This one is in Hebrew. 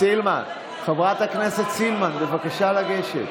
חברת הכנסת סילמן, בבקשה לגשת.